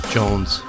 jones